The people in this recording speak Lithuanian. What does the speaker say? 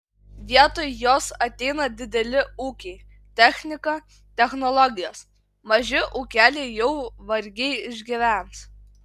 vietoj jos ateina dideli ūkiai technika technologijos maži ūkeliai jau vargiai išgyvens